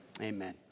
amen